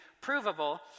provable